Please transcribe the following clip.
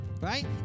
right